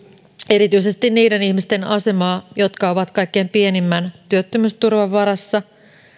erityisesti niiden ihmisten asemaa jotka ovat kaikkein pienimmän työttömyysturvan varassa